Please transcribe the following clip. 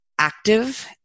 active